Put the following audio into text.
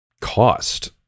cost